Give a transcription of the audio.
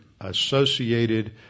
Associated